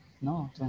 no